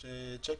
שאלה כללית.